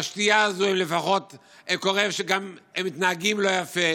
ובשתייה הזו גם קורה שהם מתנהגים לא יפה.